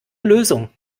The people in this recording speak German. lösung